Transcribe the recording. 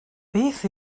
beth